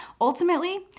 Ultimately